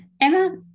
Emma